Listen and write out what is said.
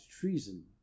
treason